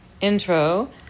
intro